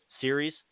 series